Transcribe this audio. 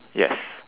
yes